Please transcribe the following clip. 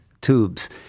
tubes